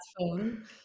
phone